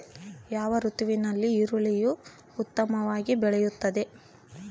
ಯಾವ ಋತುವಿನಲ್ಲಿ ಈರುಳ್ಳಿಯು ಉತ್ತಮವಾಗಿ ಬೆಳೆಯುತ್ತದೆ?